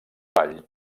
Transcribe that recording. ball